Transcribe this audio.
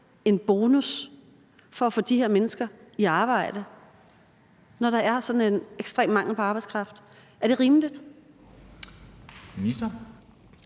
en bonus for at få de her mennesker i arbejde, når der er sådan en ekstrem mangel på arbejdskraft? Er det rimeligt?